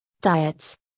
Diets